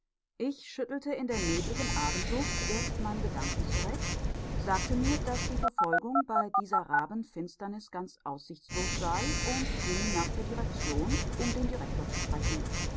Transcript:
ich schüttelte in der nebligen abendluft erst meine gedanken zurecht sagte mir daß die verfolgung bei dieser rabenfinsternis ganz aussichtslos sei und ging nach der direktion um den direktor zu sprechen